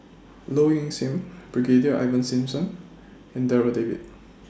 Low Ing Sing Brigadier Ivan Simson and Darryl David